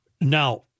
now